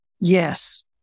Yes